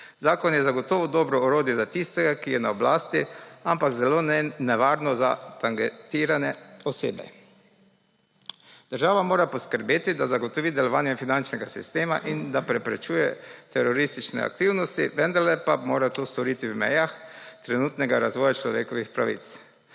Zakon je zagotovo dobro orodje za tistega, ki je na oblasti, ampak zelo nevarno za targetirane osebe. Država mora poskrbeti, da zagotovi delovanje finančnega sistema in da preprečuje teroristične aktivnosti, vendarle pa to mora storiti v mejah trenutnega razvoja človekovih pravic.